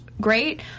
great